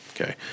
okay